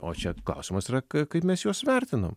o čia klausimas yra ka kaip mes juos vertinam